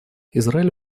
израиль